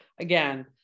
again